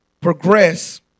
Progress